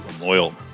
loyal